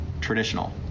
traditional –